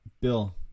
Bill